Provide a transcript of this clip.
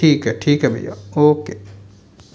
ठीक है ठीक है भैया ओके